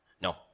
No